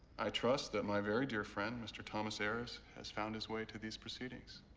i trust that my very dear friend, mr. thomas ayers, has found his way to these proceedings.